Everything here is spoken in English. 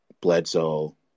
Bledsoe